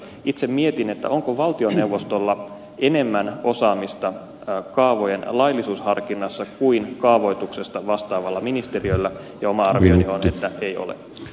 itse mietin onko valtioneuvostolla enemmän osaamista kaavojen laillisuusharkinnassa kuin kaavoituksesta vastaavalla ministeriöllä ja oma arvioni on että ei ole